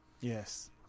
Yes